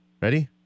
Ready